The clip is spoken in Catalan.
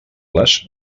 les